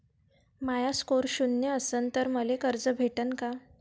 माया score शून्य असन तर मले कर्ज भेटन का?